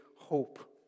hope